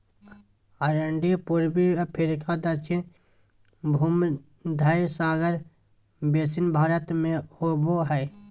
अरंडी पूर्वी अफ्रीका दक्षिण भुमध्य सागर बेसिन भारत में होबो हइ